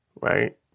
Right